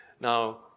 Now